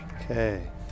Okay